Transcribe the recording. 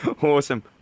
Awesome